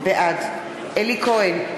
בעד אלי כהן,